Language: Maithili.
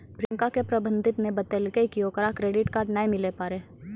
प्रियंका के प्रबंधक ने बतैलकै कि ओकरा क्रेडिट कार्ड नै मिलै पारै